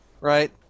right